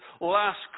last